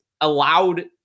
allowed